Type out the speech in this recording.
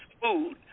food